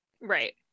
right